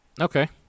okay